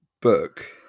book